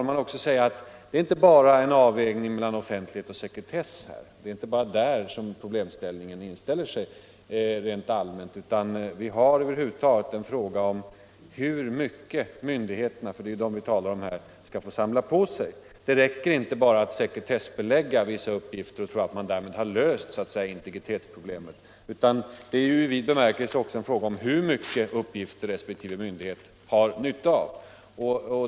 Men det gäller inte bara en avvägning mellan offentlighet och sekretess —- det är inte bara där som problemen rent allmänt inställer sig — utan det gäller över huvud taget hur mycket myndigheterna skall få samla på sig. Det räcker inte att sekretessbelägga vissa uppgifter och tro att man därmed har löst integritetsproblemet så att säga, utan det är i vid bemärkelse också fråga om hur mycket resp. myndighet har nytta av.